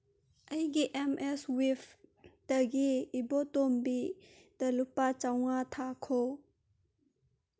ꯑꯩꯒꯤ M S ꯋꯤꯞꯇꯒꯤ ꯏꯕꯣꯇꯣꯝꯕꯤꯗ ꯂꯨꯄꯥ ꯆꯥꯝꯃꯉꯥ ꯊꯥꯈꯣ